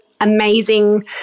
amazing